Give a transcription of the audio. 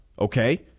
Okay